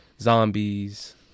zombies